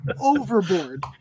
overboard